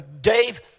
Dave